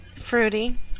Fruity